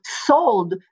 sold